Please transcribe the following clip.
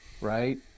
Right